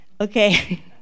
Okay